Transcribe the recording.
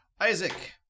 Isaac